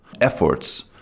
efforts